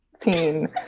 teen